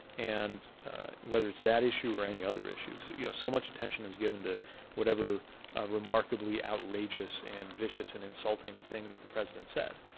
and whether it's that issue or any other issues, you know, so much attention is given to whatever remarkably outrageous and vicious and insulting thing that the president said.